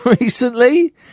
recently